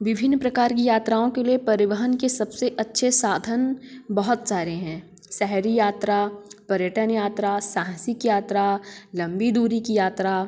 विभिन्न प्रकार की यात्राओं के लिए परिवहन के सबसे अच्छे साधन बहुत सारे हैं शहरी यात्रा पर्यटन यात्रा साहसिक यात्रा लम्बी दूरी की यात्रा